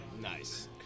nice